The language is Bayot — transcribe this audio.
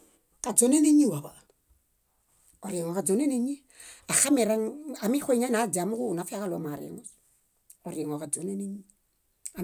Kaźonen éñiwaḃa, oriŋoġaźonen éñi. Axamireŋ amixuiñainiaźia amooġo úlu úlu nafiaġaɭo omariŋus. Oriŋoġaźonen éñi.